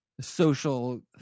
Social